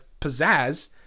pizzazz